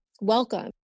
welcome